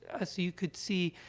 as you could see,